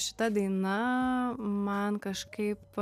šita daina man kažkaip